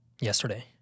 yesterday